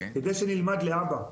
אלא כדי שנלמד להבא.